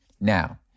Now